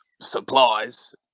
supplies